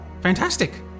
fantastic